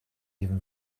even